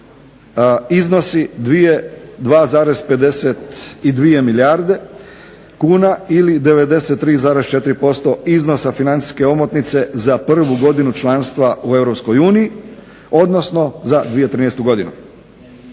iznosi 2,52 milijarde kuna ili 93,4% iznosa financijske omotnice za prvu godinu članstva u EU odnosno za 2013. godinu.